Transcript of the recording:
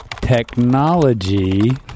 technology